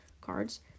cards